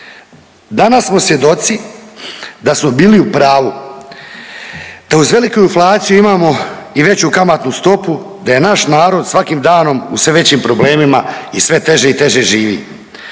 danas smo svjedoci da su bili u pravu da uz veliku inflaciju imamo i veću kamatnu stopu, da je naš narod svakim danom u sve većim problemima i sve teže i teže živi.